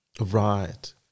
Right